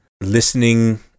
listening